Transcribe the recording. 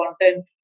content